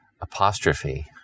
apostrophe